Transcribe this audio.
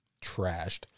trashed